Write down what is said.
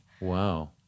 Wow